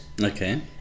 Okay